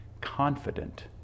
confident